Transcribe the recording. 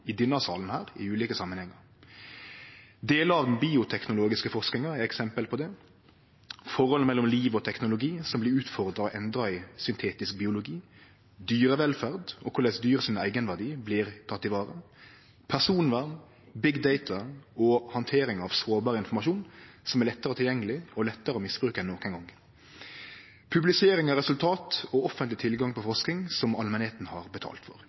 i denne sal i ulike samanhengar. Deler av den bioteknologiske forskinga er eksempel på det. Og: forholdet mellom liv og teknologi, som blir utfordra og endra i syntetisk biologi dyrevelferd og korleis eigenverdien til dyr blir vareteken personvern, «big data» og handtering av sårbar informasjon, som er lettare tilgjengeleg og lettare å misbruke enn nokon gong publisering av resultat og offentleg tilgang på forsking som ålmenta har betalt for